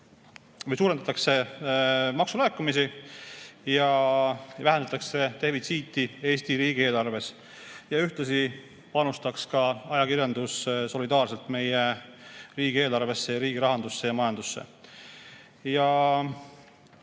suurendatakse maksulaekumisi ja vähendatakse Eesti riigieelarve defitsiiti. Ühtlasi panustaks ka ajakirjandus solidaarselt meie riigieelarvesse, riigi rahandusse ja majandusse.